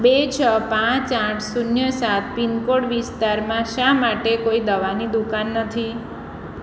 બે છ પાંચ આઠ શૂન્ય સાત પિનકોડ વિસ્તારમાં શા માટે કોઈ દવાની દુકાન નથી